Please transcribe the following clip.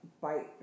bite